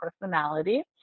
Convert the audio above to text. personality